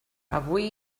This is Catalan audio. avui